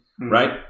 right